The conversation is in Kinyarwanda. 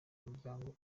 umuryango